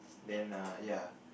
then err ya